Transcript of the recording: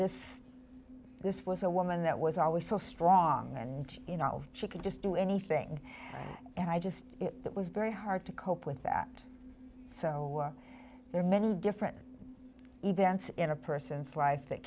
this this was a woman that was always so strong and you know she could just do anything and i just that was very hard to cope with that so there are many different events in a person's life that